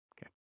Okay